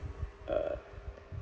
uh